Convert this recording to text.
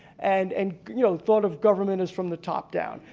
and and you know thought of government as from the top down.